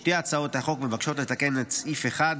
שתי הצעות החוק מבקשות לתקן את סעיף 1 שבהן,